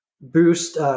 Boost –